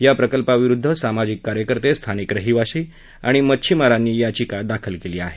या प्रकल्पाविरुद्ध सामाजिक कार्यकर्ते स्थानिक रहिवासी आणि मच्छिमारांनी याचिका दाखल केली आहे